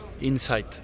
inside